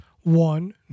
One